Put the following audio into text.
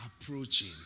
approaching